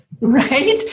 Right